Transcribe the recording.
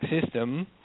system